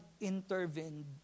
intervened